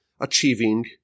Achieving